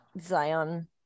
Zion